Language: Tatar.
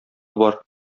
бар